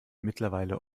mittlerweile